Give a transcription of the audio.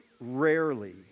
rarely